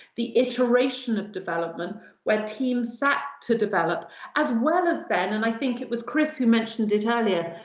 the iteration of development where teams sat to develop as well as then, and i think it was chris who mentioned it earlier,